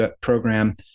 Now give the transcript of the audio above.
program